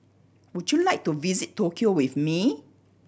would you like to visit Tokyo with me